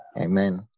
amen